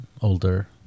older